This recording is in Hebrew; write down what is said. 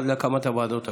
עד להקמת הוועדות הקבועות.